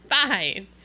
Fine